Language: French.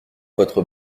votre